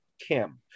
Kim